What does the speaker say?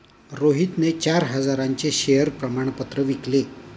रोहितने चार हजारांचे शेअर प्रमाण पत्र विकले